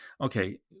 okay